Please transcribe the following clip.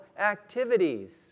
activities